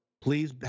please